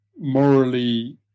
morally